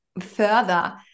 further